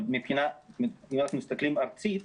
אבל אם מסתכלים ארצית,